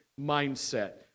mindset